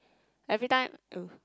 every time oh